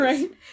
Right